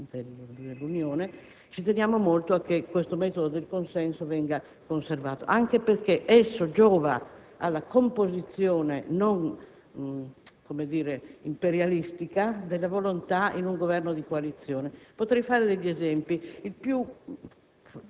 dell'Unione ci teniamo molto che il metodo del consenso venga conservato anche perché esso giova alla composizione non imperialistica della volontà in un Governo di coalizione. A tal proposito potrei fare degli esempi. Quello